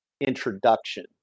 introduction